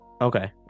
Okay